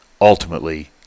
ultimately